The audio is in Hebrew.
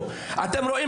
לכם.